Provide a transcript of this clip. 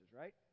right